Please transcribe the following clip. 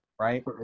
right